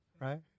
Right